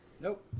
Nope